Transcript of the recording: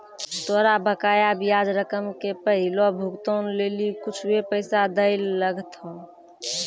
तोरा बकाया ब्याज रकम के पहिलो भुगतान लेली कुछुए पैसा दैयल लगथा